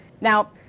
Now